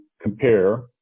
compare